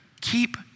Keep